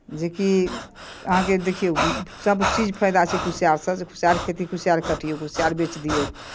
जे कि अहाँके देखियौ सभचीज फायदा छै कुसियारसँ कुसियार खेती कुसियार कटियौ कुसियार बेचि दियौ